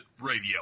radio